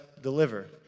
deliver